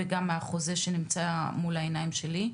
וגם החוזה שנמצא מול העיניים שלי.